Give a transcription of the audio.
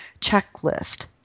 checklist